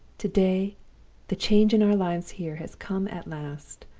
to-day the change in our lives here has come at last!